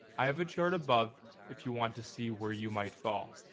i have a chart above if you want to see where you might fall.